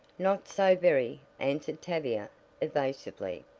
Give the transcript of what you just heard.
not so very, answered tavia evasively.